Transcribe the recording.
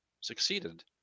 succeeded